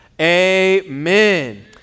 amen